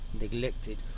neglected